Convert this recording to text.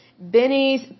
Benny's